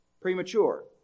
premature